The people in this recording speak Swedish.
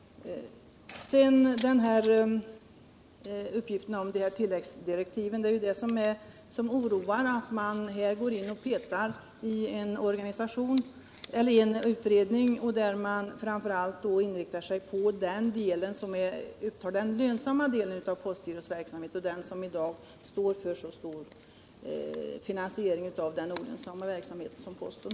Det som oroar när det gäller dessa tilläggsdirektiv är att man går in och petar i en utredning och där vill inrikta sig på den lönsamma delen av postens verksamhet, som i stor utsträckning svarar för finansieringen av den olönsamma verksamheten.